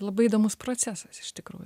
labai įdomus procesas iš tikrųjų